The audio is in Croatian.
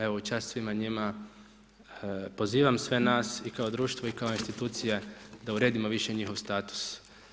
Evo u čast svima njima, pozivam sve nas i kao društvo i kao institucije da uredimo više njihov status.